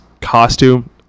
costume